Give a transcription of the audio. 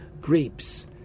grapes